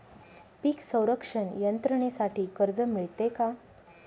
पीक संरक्षण यंत्रणेसाठी कर्ज मिळते का?